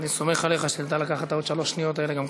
אני סומך עליך שתדע לקחת את עוד שלוש השניות האלה גם ככה.